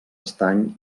estany